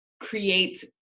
create